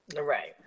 Right